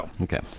Okay